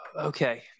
Okay